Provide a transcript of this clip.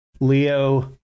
Leo